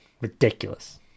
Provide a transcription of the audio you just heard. Ridiculous